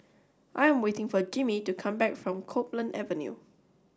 I am waiting for Jimmy to come back from Copeland Avenue